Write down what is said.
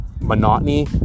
Monotony